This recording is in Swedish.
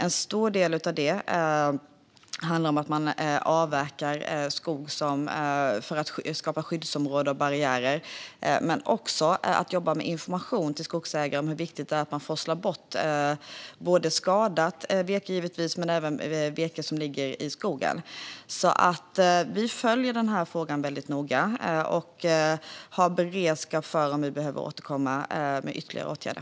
En stor del av det handlar om att man avverkar skog för att skapa skyddsområden och barriärer. Man jobbar också med information till skogsägare om hur viktigt det är att man forslar bort både skadat virke och virke som ligger i skogen. Vi följer den här frågan noga och har beredskap för att återkomma med ytterligare åtgärder.